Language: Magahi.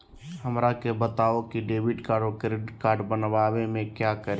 हमरा के बताओ की डेबिट कार्ड और क्रेडिट कार्ड बनवाने में क्या करें?